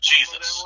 Jesus